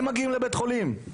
הם מגיעים לבית החולים.